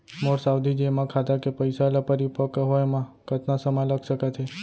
मोर सावधि जेमा खाता के पइसा ल परिपक्व होये म कतना समय लग सकत हे?